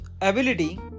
ability